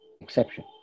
exception